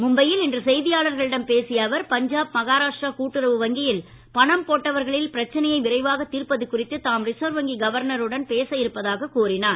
மும்பையில் இன்று செய்தியாளர்களிடம் பேசிய அவர் பஞ்சாப் மகாராஷ்டிரா கூட்டுறவு வங்கியில் பணம் போட்டவர்களில் பிரச்சனையை விரைவாக தீர்ப்பது குறித்து தாம் ரிசர்வ் வங்கி கவர்னருடன் பேச இருப்பதாக கூறினார்